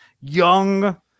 young